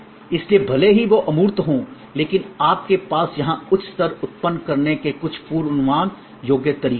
इसलिए भले ही वे अमूर्त हों लेकिन आपके पास यहां उच्च स्तर उत्पन्न करने के कुछ पूर्वानुमान योग्य तरीके हैं